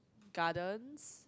gardens